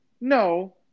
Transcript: no